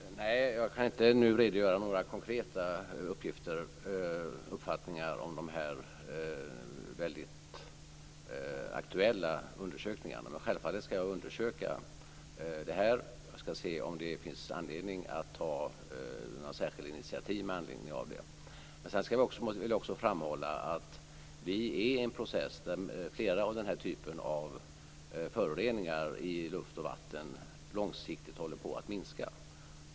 Fru talman! Nej, jag kan inte nu redogöra för några konkreta uppfattningar om de här mycket aktuella undersökningarna. Men självfallet ska jag undersöka de här uppgifterna och se närmare på om det finns anledning att ta några särskilda initiativ med anledning av dem. Men jag vill också framhålla att vi är inne i en process där flera av den här typen av föroreningar i luft och vatten långsiktigt håller på att minska.